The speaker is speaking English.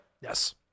Yes